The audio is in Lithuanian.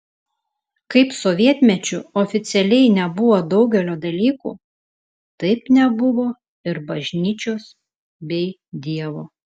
kaip sovietmečiu oficialiai nebuvo daugelio dalykų taip nebuvo ir bažnyčios bei dievo